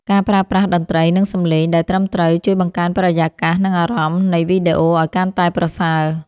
ការប្រើប្រាស់តន្ត្រី និងសំឡេង ដែលត្រឹមត្រូវ ជួយបង្កើនបរិយាកាស និងអារម្មណ៍នៃវីដេអូឱ្យកាន់តែប្រសើរ។